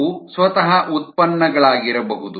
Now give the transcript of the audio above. ಅವರು ಸ್ವತಃ ಉತ್ಪನ್ನಗಳಾಗಿರಬಹುದು